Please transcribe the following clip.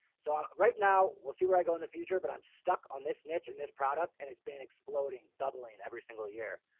so right now we'll see where i go in the future, but i'm stuck on this niche and this product. and it's been exploding doubling and every single year.